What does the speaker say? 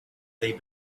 they